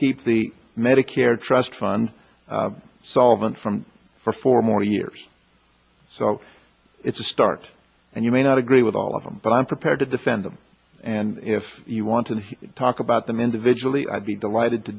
keep the medicare trust fund solvent from for four more years so it's a start and you may not agree with all of them but i'm prepared to defend them and if you want to talk about them individually i'd be delighted to